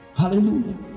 hallelujah